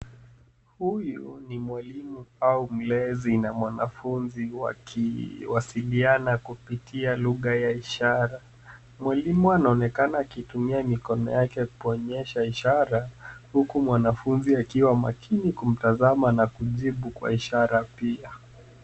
Huyu ni mwalimu au mlezi na mwanafunzi wakiwasiliana kupitia lugha ya ishara ya mikono. Mwalimu anaonekana akitumia mikono yake kuonyesha ishara huku mwanafunzi akiwa makini kumtazama na kujibu kwa ishara pia.